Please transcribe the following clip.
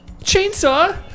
Chainsaw